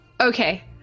Okay